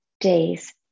days